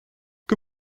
que